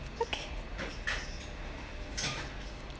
okay